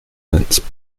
lands